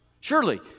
surely